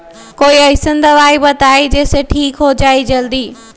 कोई अईसन दवाई बताई जे से ठीक हो जई जल्दी?